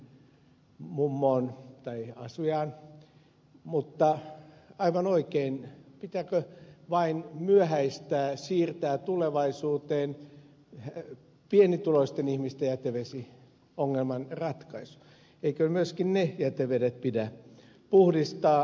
tennilä sanoi mökin mummoon tai asujaan mutta aivan oikein pitääkö vain myöhäistää siirtää tulevaisuuteen pienituloisten ihmisten jätevesiongelman ratkaisu eikö myöskin ne jätevedet pidä puhdistaa